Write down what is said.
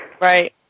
Right